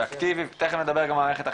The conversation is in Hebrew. ואקטיבי תכף נדבר גם על מערכת החינוך,